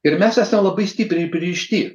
ir mes esą labai stipriai pririšti